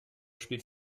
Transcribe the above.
spielt